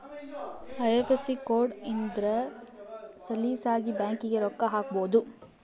IFSC code ಇದ್ರ ಸಲೀಸಾಗಿ ಬ್ಯಾಂಕಿಗೆ ರೊಕ್ಕ ಹಾಕ್ಬೊದು